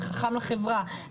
זה חכם לחברה,